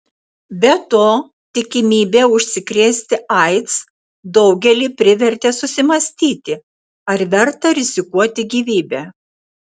be to tikimybė užsikrėsti aids daugelį privertė susimąstyti ar verta rizikuoti gyvybe